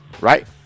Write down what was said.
right